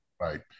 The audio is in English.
right